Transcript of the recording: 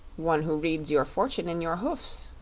one who reads your fortune in your hoofs,